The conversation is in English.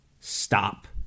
stop